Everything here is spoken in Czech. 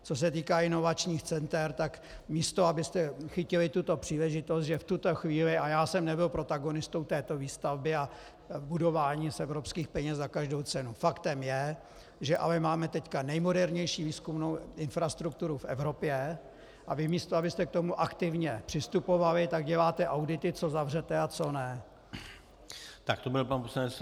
Co se týká inovačních center, tak místo abyste chytili tuto příležitost, že v tuto chvíli a já jsem nebyl protagonistou této výstavby a budování z evropských peněz za každou cenu faktem je, že ale máme teď nejmodernější výzkumnou infrastrukturu v Evropě a vy, místo abyste k tomu aktivně přistupovali, tak děláte audity, co zavřete a co ne.